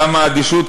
כמה אדישות,